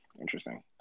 interesting